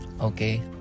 okay